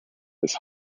this